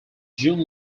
june